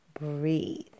breathe